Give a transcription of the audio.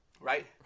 Right